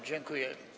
Dziękuję.